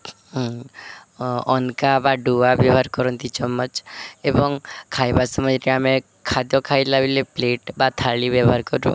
ଅନ୍କା ବା ଡୁଆ ବ୍ୟବହାର କରନ୍ତି ଚମଚ ଏବଂ ଖାଇବା ସମୟରେ ଆମେ ଖାଦ୍ୟ ଖାଇଲା ବେଲେ ପ୍ଲେଟ ବା ଥାଳି ବ୍ୟବହାର କରୁ